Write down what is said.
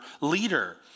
leader